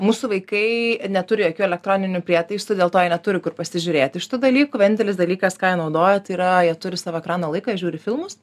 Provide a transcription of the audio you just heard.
mūsų vaikai neturi jokių elektroninių prietaisų dėl to jie neturi kur pasižiūrėti šitų dalykų vienintelis dalykas ką jie naudoja tai yra jie turi savo ekrano laiką jie žiūri filmus